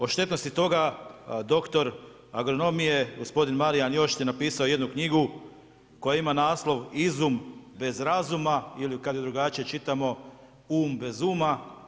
O štetnosti toga dr. agronomije gospodin Marijan ... je napisao jednu knjigu koja ima naslov „Izum bez razuma“ ili kad je drugačije čitamo, um bez uma.